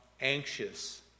anxious